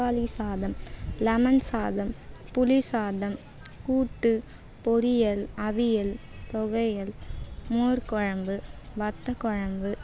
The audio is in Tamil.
தக்காளி சாதம் லெமன் சாதம் புளிசாதம் கூட்டு பொரியல் அவியல் துவையல் மோர்க் குழம்பு வத்தல் குழம்பு